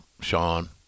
Sean